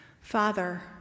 Father